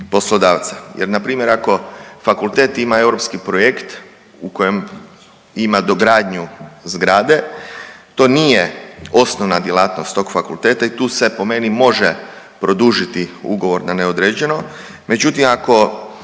poslodavca jer npr. ako fakultet ima europski projekt u kojem ima dogradnju zgrade to nije osnovna djelatnost tog fakulteta i tu se po meni može produžiti ugovor na neodređeno.